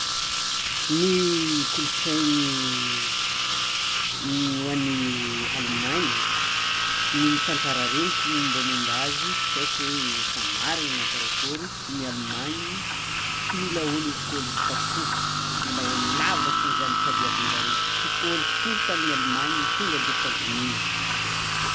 Ny kolontsain'i hoan'i Allemagne ny tantara reniko ny mombamomba azy tsy aiko ho asa mariny na karakôry ny Allemagne tsy mila olo izy kô efa fohy mila ôlo lava fogna zany tadiavinjare izy kô olo fohy tamin'ny Allemagne tonga de vonoiny.